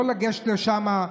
לא לגשת לשם,